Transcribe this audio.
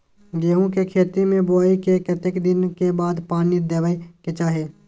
गेहूँ के खेती मे बुआई के कतेक दिन के बाद पानी देबै के चाही?